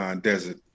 Desert